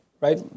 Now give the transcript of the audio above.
right